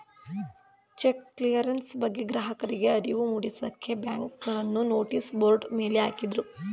check clearance ಬಗ್ಗೆ ಗ್ರಾಹಕರಿಗೆ ಅರಿವು ಮೂಡಿಸಕ್ಕೆ ಬ್ಯಾಂಕ್ನವರು ನೋಟಿಸ್ ಬೋರ್ಡ್ ಮೇಲೆ ಹಾಕಿದ್ರು